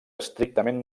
estrictament